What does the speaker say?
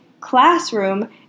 classroom